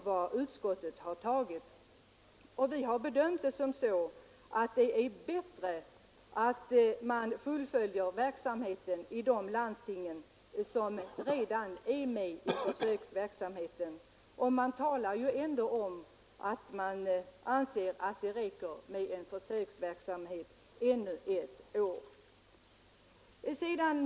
Vi har bedömt det liksom SÖ att det är bättre att man fullföljer verksamheten i de landsting som redan är med i försöksverksamheten. Det sägs ju ändå att man anser att det räcker med försöksverksamhet ännu ett år.